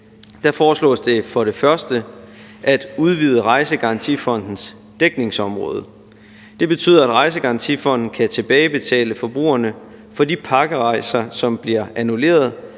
lovforslag, vi står med i dag, at udvide Rejsegarantifondens dækningsområde. Det betyder, at Rejsegarantifonden kan tilbagebetale forbrugerne for de pakkerejser, som bliver annulleret